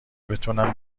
بتونم